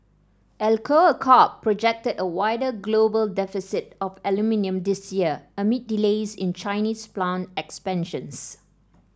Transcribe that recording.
Alcoa Corp projected a wider global deficit of aluminium this year amid delays in Chinese plant expansions